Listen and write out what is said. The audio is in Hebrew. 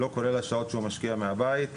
לא כולל שעות שהוא משקיע מהבית.